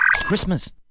Christmas